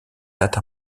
date